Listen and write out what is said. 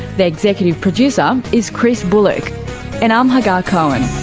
the executive producer is chris bullock and i'm hagar cohen